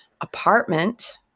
apartment